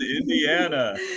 Indiana